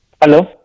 Hello